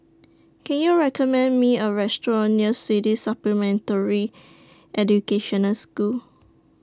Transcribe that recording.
Can YOU recommend Me A Restaurant near Swedish Supplementary Education School